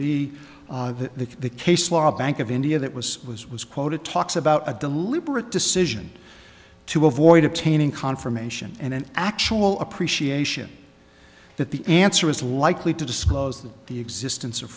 be the case law bank of india that was was was quoted talks about a deliberate decision to avoid obtaining confirmation and an actual appreciation that the answer is likely to disclose that the existence of